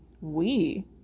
We